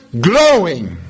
glowing